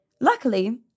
Luckily